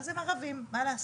אז הם ערבים, מה לעשות?